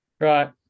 Right